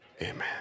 Amen